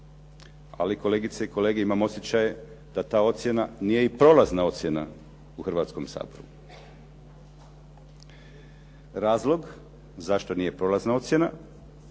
ali kolegice i kolege imam osjećaj da ta ocjena nije i prolazna ocjena u Hrvatskom saboru. Razlog zašto nije prolazna ocjena